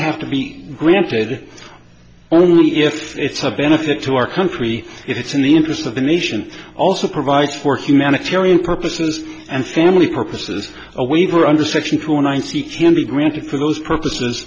have to be granted only if it's a benefit to our country it's in the interest of the nation also provides for humanitarian purposes and family purposes a waiver under section two once he can be granted for those purposes